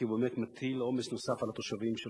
כי הוא באמת מטיל עומס נוסף על התושבים,